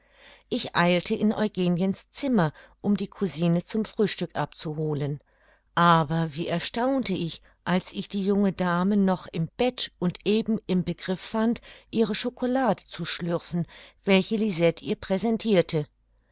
ich eilte in eugeniens zimmer um die cousine zum frühstück abzuholen aber wie erstaunte ich als ich die junge dame noch im bett und eben im begriff fand ihre chocolade zu schlürfen welche lisette ihr präsentirte